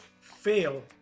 fail